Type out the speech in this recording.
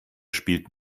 spielt